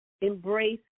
embrace